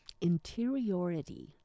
interiority